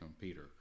Peter